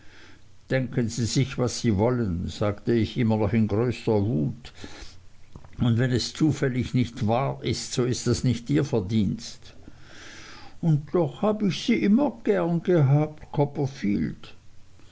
denken sie sich was sie wollen sagte ich immer noch in größter wut und wenn es zufällig nicht wahr ist so ist das nicht ihr verdienst und doch hab ich sie immer gern gehabt copperfield